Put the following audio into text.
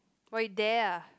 but you dare ah